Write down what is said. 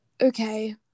Okay